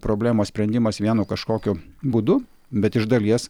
problemos sprendimas vienu kažkokiu būdu bet iš dalies